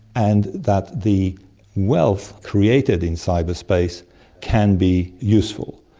and that the wealth created in cyberspace can be useful.